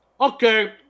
Okay